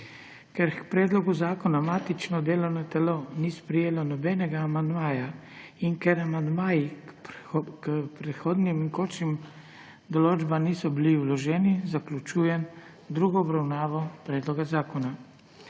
Ker k predlogu zakona matično delovno telo ni sprejelo nobenega amandmaja in ker amandmaji k prehodnim in končnim določbam niso bili vloženi, zaključujem drugo obravnavo predloga zakona.